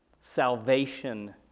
salvation